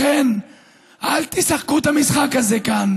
לכן אל תשחקו את המשחק הזה כאן